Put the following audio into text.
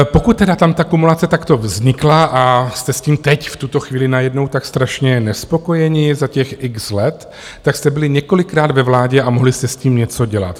Pokud tedy tam ta kumulace takto vznikla a jste s tím teď v tuto chvíli najednou tak strašně nespokojeni za těch x let, tak jste byli několikrát ve vládě a mohli jste s tím něco dělat.